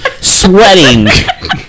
sweating